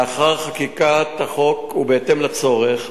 לאחר חקיקת החוק, ובהתאם לצורך,